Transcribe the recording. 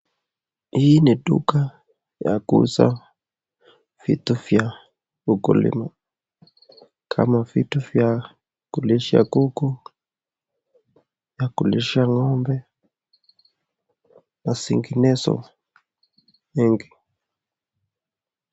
Hii ni duka ya kuuza vitu vya ukulima kama vitu vya kulisha kuku na kulisha ngombe na zinginezo mengi.